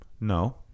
No